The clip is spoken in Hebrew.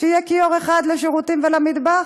שיהיה כיור אחד לשירותים ולמטבח?